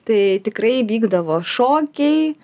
tai tikrai vykdavo šokiai